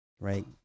right